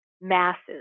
masses